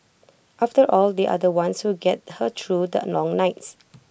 after all they are the ones who get her through the long nights